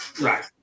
Right